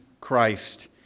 Christ